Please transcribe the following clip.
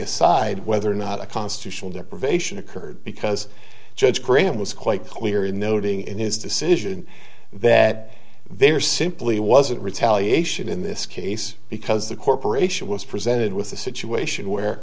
aside whether or not a constitutional deprivation occurred because judge graham was quite clear in the noting in his decision that there simply wasn't retaliation in this case because the corporation was presented with a situation where